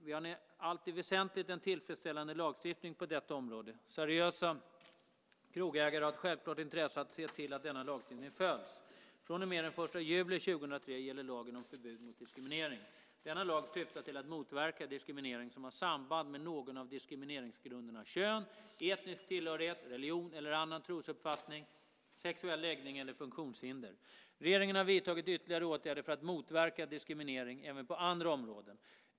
Vi har en i allt väsentligt tillfredsställande lagstiftning på detta område. Seriösa krogägare har ett självklart intresse att se till att denna lagstiftning följs. Från och med den 1 juli 2003 gäller lagen om förbud mot diskriminering. Denna lag syftar till att motverka diskriminering som har samband med någon av diskrimeringsgrunderna kön, etnisk tillhörighet, religion eller annan trosuppfattning, sexuell läggning eller funktionshinder. Regeringen har vidtagit ytterligare åtgärder för att motverka diskriminering även på andra områden.